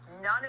None